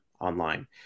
online